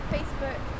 Facebook